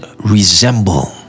resemble